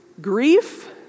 grief